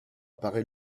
paray